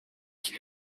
qui